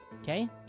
Okay